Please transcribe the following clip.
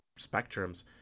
spectrums